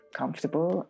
comfortable